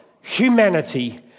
Humanity